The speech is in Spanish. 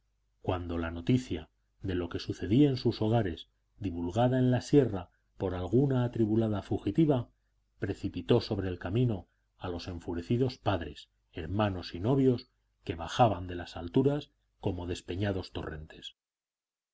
cuando la noticia de lo que sucedía en sus hogares divulgada en la sierra por alguna atribulada fugitiva precipitó sobre el camino a los enfurecidos padres hermanos y novios que bajaban de las alturas como despeñados torrentes